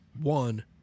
One